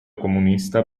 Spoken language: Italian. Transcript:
comunista